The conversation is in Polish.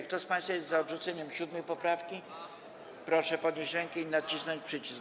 Kto z państwa jest za odrzuceniem 7. poprawki, proszę podnieść rękę i nacisnąć przycisk.